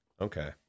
okay